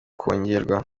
kongerwa